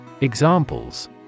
Examples